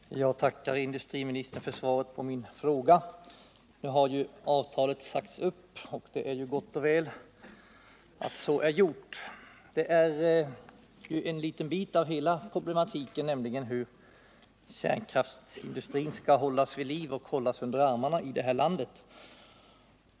Herr talman! Jag tackar industriministern för svaret på min fråga. Nu har ju det aktuella avtalet sagts upp, och det är gott och väl att så har skett. Det är ju en liten bit av hela problematiken om hur kärnkraftsindustrin skall hållas vid liv och under armarna i det här landet.